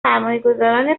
سرمایهگذاران